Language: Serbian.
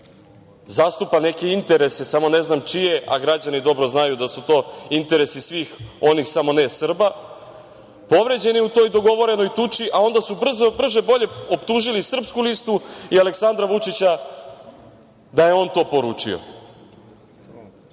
zastupa neke interese, samo ne znam čije, a građani dobro znaju da su to interesi svih onih samo ne Srba, povređen je u toj dogovorenoj tuči, a onda su brže, bolje optužili Srpsku listu i Aleksandra Vučića da je on to poručio. Ovo